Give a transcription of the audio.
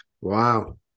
Wow